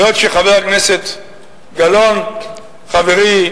היות שחבר הכנסת גלאון חברי,